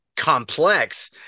complex